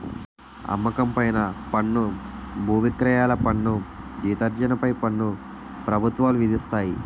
అమ్మకం పైన పన్ను బువిక్రయాల పన్ను జీతార్జన పై పన్ను ప్రభుత్వాలు విధిస్తాయి